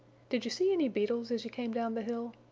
did you see any beetles as you came down the hill?